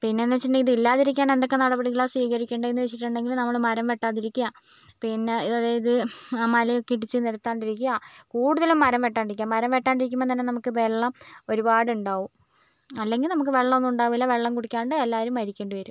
പിന്നെയെന്ന് വെച്ചിട്ടുണ്ടെങ്കിൽ ഇത് ഇല്ലാതിരിക്കാൻ എന്തൊക്കെ നടപടികളാണ് സ്വീകരിക്കേണ്ടതെന്ന് വെച്ചിട്ടുണ്ടെങ്കിൽ നമ്മൾ മരം വെട്ടാതിരിക്കുക പിന്നെ അതായത് മലയൊക്കെ ഇടിച്ച് നിരത്താണ്ടിരിക്കുക കൂടുതലും മരം വെട്ടാണ്ടിരിക്കുക മരം വെട്ടാണ്ടിരിക്കുമ്പോൾ തന്നെ നമുക്ക് വെള്ളം ഒരുപാട് ഉണ്ടാകും അല്ലെങ്കിൽ നമുക്ക് വെള്ളം ഒന്നും ഉണ്ടാകില്ല വെള്ളം കുടിക്കാണ്ട് എല്ലാവരും മരിക്കേണ്ടി വരും